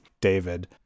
David